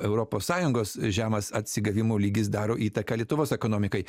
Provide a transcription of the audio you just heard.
europos sąjungos žemas atsigavimo lygis daro įtaką lietuvos ekonomikai